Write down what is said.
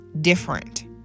different